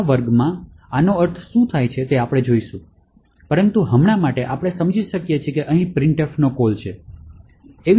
પછીના વર્ગમાં આનો અર્થ શું છે તે આપણે જોઈશું પરંતુ હમણાં માટે આપણે સમજી શકીએ છીએ કે અહીં printf નો કોલ છે